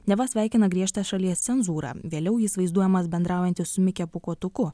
neva sveikina griežtą šalies cenzūrą vėliau jis vaizduojamas bendraujant su mike pūkuotuku